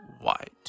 White